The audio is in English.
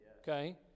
Okay